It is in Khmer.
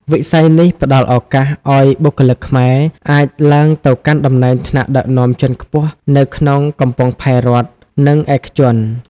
វិស័យនេះផ្តល់ឱកាសឱ្យបុគ្គលិកខ្មែរអាចឡើងទៅកាន់តំណែងថ្នាក់ដឹកនាំជាន់ខ្ពស់នៅក្នុងកំពង់ផែរដ្ឋ និងឯកជន។